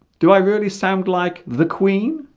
do i really sound like the queen